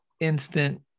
instant